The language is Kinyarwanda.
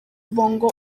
bongo